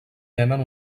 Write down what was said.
tenen